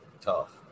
tough